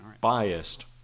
Biased